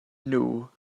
nhw